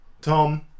Tom